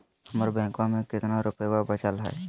हमर बैंकवा में कितना रूपयवा बचल हई?